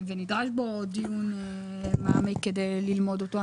ונדרש בו דיון מעמיק כדי ללמוד אותו,